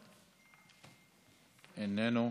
איננו,